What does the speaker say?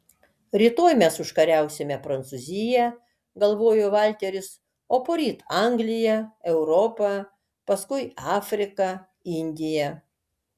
rytoj mes užkariausime prancūziją galvojo valteris o poryt angliją europą paskui afriką indiją